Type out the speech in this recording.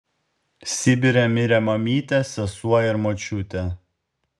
sibire mirė mamytė sesuo ir močiutė